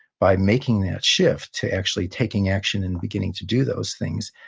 by making that shift to actually taking action and beginning to do those things,